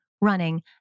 running